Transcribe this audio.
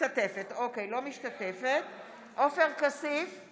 (קוראת בשמות חברי הכנסת) ע'דיר כמאל מריח,